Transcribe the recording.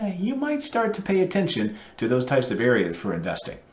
ah you might start to pay attention to those types of areas for investing.